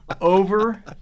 Over